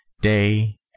Day